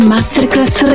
Masterclass